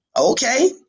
okay